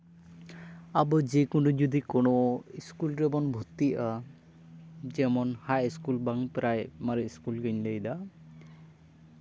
ᱟᱵᱚ ᱡᱮᱠᱳᱱᱳ ᱡᱩᱫᱤ ᱤᱥᱠᱩᱞ ᱨᱮᱵᱚᱱ ᱵᱷᱚᱛᱛᱤᱜᱼᱟ ᱡᱮᱢᱚᱱ ᱦᱟᱭ ᱤᱥᱠᱩᱞ ᱵᱟᱝ ᱯᱨᱟᱭᱢᱟᱨᱤ ᱤᱥᱠᱩᱞ ᱜᱤᱧ ᱞᱟᱹᱭ ᱮᱫᱟ